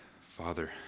Father